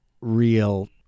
real